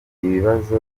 ibibazo